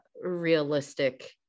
realistic